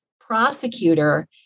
prosecutor